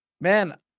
Man